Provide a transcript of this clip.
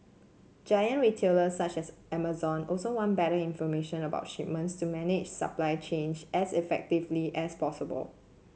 giant retailers such as Amazon also want better information about shipments to manage supply chains as effectively as possible